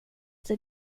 the